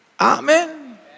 Amen